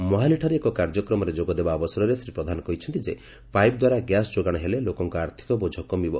ମୋହାଲିଠାରେ ଏକ କାର୍ଯ୍ୟକ୍ରମରେ ଯୋଗଦେବା ଅବସରରେ ଶ୍ରୀ ପ୍ରଧାନ କହିଛନ୍ତି ଯେ ପାଇପ୍ ଦ୍ୱାରା ଗ୍ୟାସ୍ ଯୋଗାଣ ହେଲେ ଲୋକଙ୍କ ଆର୍ଥକ ବୋଝ କମିବ